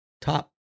top